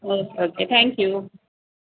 okay okay thank you